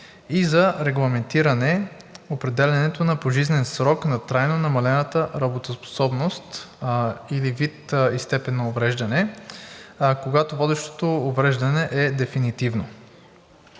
и за регламентиране определянето на пожизнен срок на трайно намалената работоспособност, вид и степен на увреждане, когато водещото увреждане е дефинитивно.